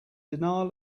denial